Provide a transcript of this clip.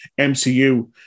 MCU